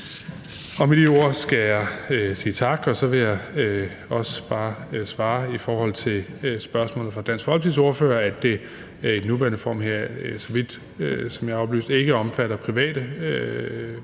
dag. Med de ord skal jeg sige tak. Og så vil jeg også bare som svar på spørgsmålet fra Dansk Folkepartis ordfører sige, at det i den nuværende form her, så vidt jeg er oplyst, ikke omfatter private